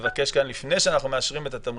ולפני שאנחנו מאשרים את התמריצים,